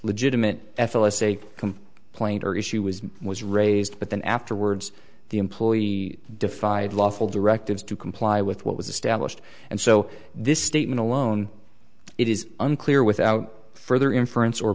legitimate f l s a complaint or issue was was raised but then afterwards the employee defied lawful directives to comply with what was established and so this statement alone it is unclear without further inference or